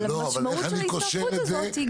אבל המשמעות של ההסתעפות הזאת היא